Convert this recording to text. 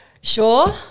Sure